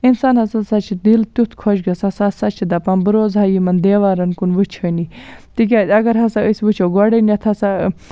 اِنسانَس ہسا چھُ دِل تِیُتھ خۄش گَژھان سُہ ہسا چھُ دَپان بہٕ روزہا یِمن دیوارَن کُن وٕچھٲنی تِکیازِ اگر ہسا أسۍ وٕچھو گۄڈٕنیٚتھ ہسا